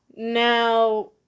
Now